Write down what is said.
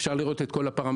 אפשר לראות את כל הפרמטרים,